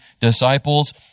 disciples